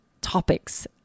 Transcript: topics